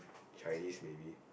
Chinese maybe